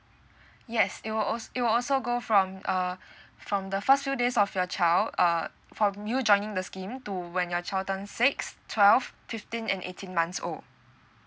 yesit will al~ it will also go from uh from the first few days of your child uh from you joining the scheme to when your child turn six twelve fifteen and eighteen months old